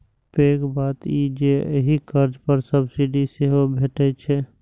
पैघ बात ई जे एहि कर्ज पर सब्सिडी सेहो भैटै छै